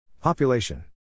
Population